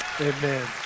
Amen